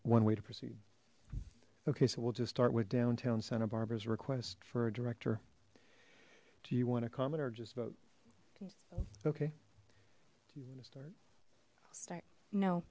one way to proceed okay so we'll just start with downtown santa barbara's request for a director do you want a comment or just vote okay no